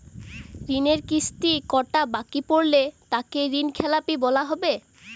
ঋণের কিস্তি কটা বাকি পড়লে তাকে ঋণখেলাপি বলা হবে?